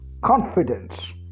confidence